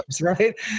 right